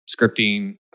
Scripting